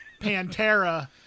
pantera